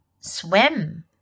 swim